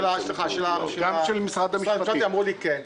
סליחה, של משרד המשפטים, אמרו לי כן.